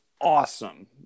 awesome